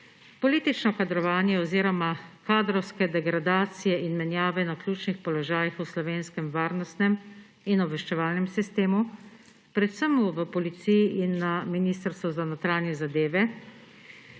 politično kadrovanje oziroma kadrovske degradacije in menjave na ključnih položajih v slovenskem varnostnem in obveščevalnem sistemu, predvsem v Policiji in na Ministrstvu za notranje zadeve,